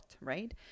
right